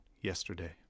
yesterday